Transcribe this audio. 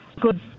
good